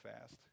fast